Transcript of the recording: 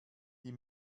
die